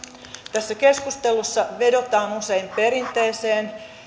tässä keskustelussa vedotaan usein perinteeseen